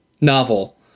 Novel